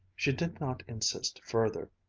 she did not insist further,